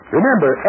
Remember